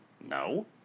no